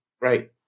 Right